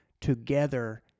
Together